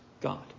God